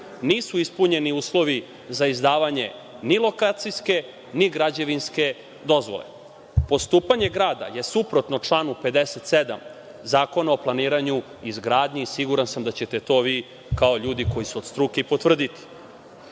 Nisu ispunjeni uslovi za izdavanje ni lokacijske, ni građevinske dozvole. Postupanje grada je suprotno članu 57. Zakona o planiranju i izgradnji i siguran sam da ćete to vi kao ljudi od struke i potvrditi.